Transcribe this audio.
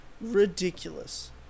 Ridiculous